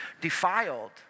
defiled